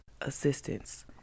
assistance